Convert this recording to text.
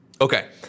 Okay